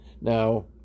Now